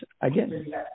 again